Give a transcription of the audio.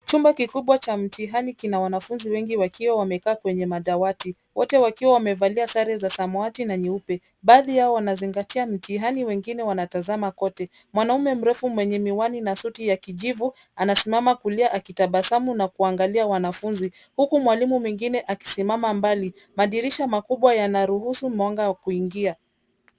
Chumba kikubwa cha mtihani kina wanafunzi wengi wakiwa wamekaa kwenye madawati. Wote wakiwa wamevalia sare za samawati na nyeupe. Baadhi yao wanazingatia mitihani wengine wanatazama kote. Mwanaume mrefu mwenye miwani na suti ya kijivu anasimama kulia akitabasamu na kuangalia wanafunzi. Huku mwalimu mwingine akisimama mbali. Madirisha makubwa yanaruhusu mwanga wa kuingia.